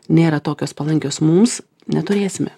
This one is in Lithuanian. nėra tokios palankios mums neturėsime